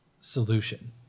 solution